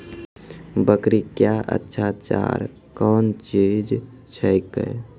बकरी क्या अच्छा चार कौन चीज छै के?